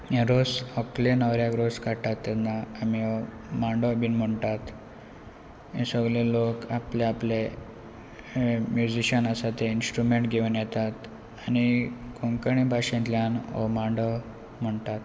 हे रोस व्हंकले न्हवऱ्याक रोस काडटात तेन्ना आमी हो मांडो बीन म्हणटात हें सगळे लोक आपले आपले म्युझिशियन आसा ते इन्स्ट्रुमेंट घेवन येतात आनी कोंकणी भाशेंतल्यान हो मांडो म्हणटात